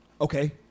Okay